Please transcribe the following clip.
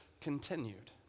continued